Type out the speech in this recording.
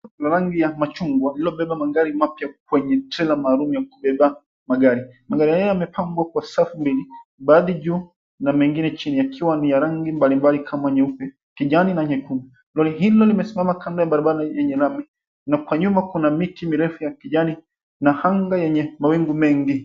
...Rangi ya machungwa lililobeba magari mapya kwenye tela maalum ya kubeba magari. Magari yale yamepangwa kwa safu mbili, baadhi juu na mengine chini yakiwa ni ya rangi mbalimbali kama nyeupe, kijani na nyekundu. Lori hilo limesimama kando ya barabara yenye lami na kwa nyuma kuna miti mirefu ya kijani na hanga yenye mawingu mengi.